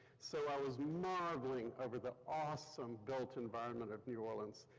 so i was marveling over the awesome built environment of new orleans,